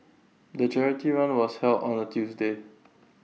the charity run was held on A Tuesday